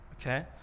okay